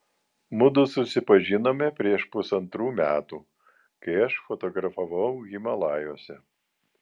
mudu susipažinome prieš pusantrų metų kai aš fotografavau himalajuose